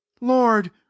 lord